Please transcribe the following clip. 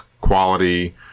quality